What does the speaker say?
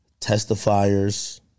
testifiers